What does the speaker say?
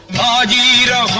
da da